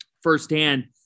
firsthand